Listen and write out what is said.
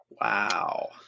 Wow